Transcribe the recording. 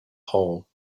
hole